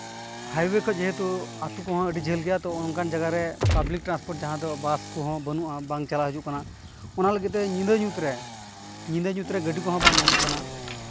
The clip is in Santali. ᱦᱟᱭᱚᱭᱮ ᱠᱷᱚᱱ ᱡᱮᱦᱮᱛᱩ ᱟᱹᱛᱩ ᱠᱚᱦᱚᱸ ᱟᱹᱰᱤ ᱡᱷᱟᱹᱞ ᱜᱮᱭᱟ ᱛᱚ ᱚᱝᱠᱟᱱ ᱡᱟᱭᱜᱟ ᱨᱮ ᱯᱟᱵᱽᱞᱤᱠ ᱴᱨᱟᱱᱥᱯᱳᱨᱴ ᱡᱟᱦᱟᱸ ᱫᱚ ᱵᱟᱥ ᱠᱚᱦᱚᱸ ᱵᱟᱹᱱᱩᱜᱼᱟ ᱵᱟᱝ ᱪᱟᱞᱟᱣ ᱦᱤᱡᱩᱜ ᱠᱟᱱᱟ ᱚᱱᱟ ᱞᱟᱹᱜᱤᱫ ᱛᱮ ᱧᱤᱫᱟᱹ ᱧᱩᱛ ᱨᱮ ᱧᱤᱫᱟᱹ ᱧᱩᱛ ᱨᱮ ᱜᱟᱹᱰᱤ ᱠᱚᱦᱚᱸ ᱵᱟᱝ ᱧᱟᱢᱚᱜ ᱠᱟᱱᱟ